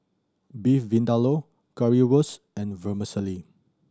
Beef Vindaloo Currywurst and Vermicelli